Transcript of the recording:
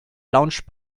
launch